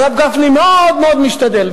הרב גפני מאוד מאוד משתדל,